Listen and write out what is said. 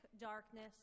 darkness